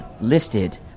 listed